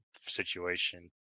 situation